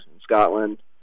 Scotland